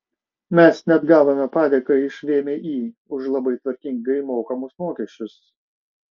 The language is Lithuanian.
mes net gavome padėką iš vmi už labai tvarkingai mokamus mokesčius